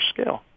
scale